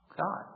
God